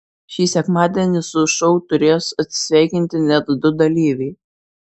šį sekmadienį su šou turės atsisveikinti net du dalyviai